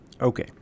okay